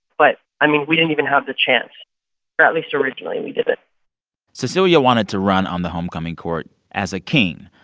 but, i mean, we didn't even have the chance or at least, originally, we didn't cecilia wanted to run on the homecoming court as a king,